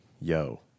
Yo